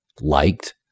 liked